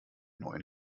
neuen